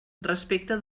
respecte